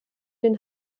den